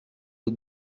les